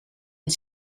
een